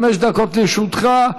חמש דקות לרשותך,